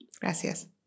Gracias